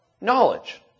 Knowledge